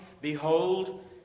Behold